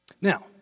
Now